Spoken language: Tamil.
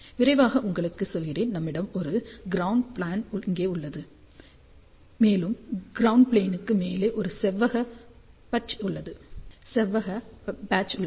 விரைவாக உங்களுக்குச் சொல்கிறேன் நம்மிடம் ஒரு க்ரௌண்ட் ப்ளேன் இங்கே உள்ளது மேலும் க்ரௌண்ட் ப்ளேன் க்கு மேலே ஒரு செவ்வக பட்ச் உள்ளது